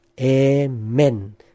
Amen